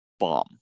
bomb